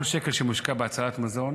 כל שקל שמושקע בהצלת מזון